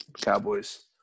Cowboys